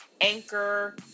Anchor